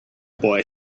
boy